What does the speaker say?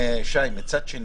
שי, מצד שני,